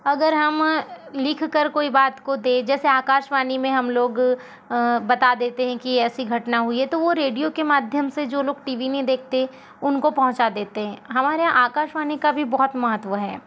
अगर हम लिख कर कोई बात को दें जैसे आकाशवाणी में हम लोग बता देते हैं कि ऐसी घटना हुई है तो वो रेडियो के माध्यम से जो लोग टी वी नहीं देखते उनको पहुँचा देते हैं हमारे यहाँ आकाशवाणी का भी बहुत महत्व है